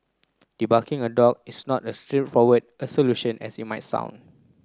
debarking a dog is not as straightforward a solution as it might sound